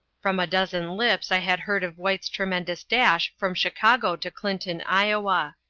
from a dozen lips i had heard of white's tremendous dash from chicago to clinton, iowa.